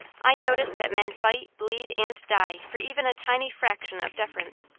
i notice that men fight, bleed, and die for even a tiny fraction of deference.